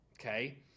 Okay